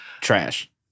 Trash